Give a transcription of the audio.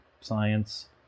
science